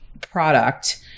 product